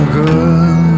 good